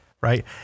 right